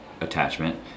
attachment